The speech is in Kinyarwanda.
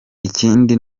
ikindi